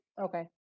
Okay